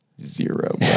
Zero